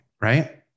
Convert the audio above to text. right